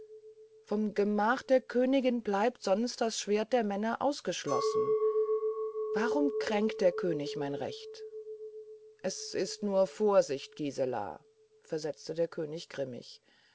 vom gemach der königin bleibt sonst das schwert der männer ausgeschlossen warum kränkt der könig mein recht es ist nur vorsicht gisela versetzte der könig grimmig